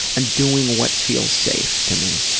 i'm doing what feels safe to me.